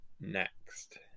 next